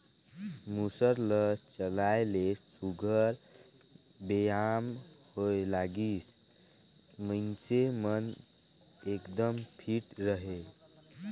मूसर ल चलाए ले सुग्घर बेयाम होए लागिस, मइनसे मन एकदम फिट रहें